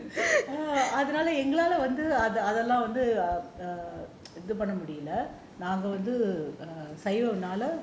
அதுனால எங்களால வந்து அதெல்லாம் வந்து இது பண்ண முடில நாங்க வந்து சைவம் நால:athunala engalala vanthu athellaam vanthu ithu panna mudila saivam nala